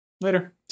Later